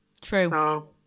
True